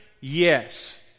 Yes